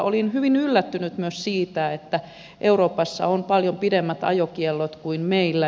olin hyvin yllättynyt myös siitä että euroopassa on paljon pidemmät ajokiellot kuin meillä